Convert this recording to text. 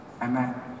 Amen